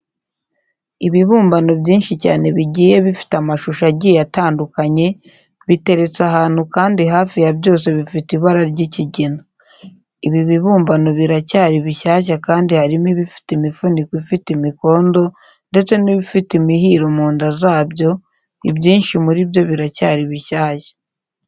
Ibibumbano byinshi cyane bigiye bifite amashusho agiye atandukanye, biteretse ahantu kandi hafi ya byose bifite ibara ry'ikigina. Ibi bibumbano biracyari bishyashya kandi harimo ibifite imifuniko ifite imikondo ndetse n'ibifite imihiro mu nda zabyo, ibyinshi muri byo biracyari bishyashya.